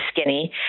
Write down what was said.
skinny